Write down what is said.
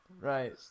Right